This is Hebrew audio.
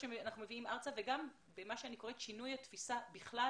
שאנחנו מביאים ארצה וגם מה שאני קוראת שינוי התפיסה בכלל